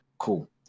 cool